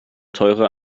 teure